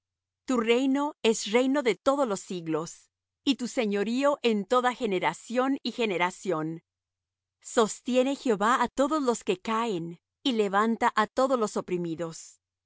tu reino es reino de todos los siglos y tu señorío en toda generación y generación sostiene jehová á todos los que caen y levanta á todos los oprimidos los